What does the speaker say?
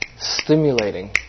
stimulating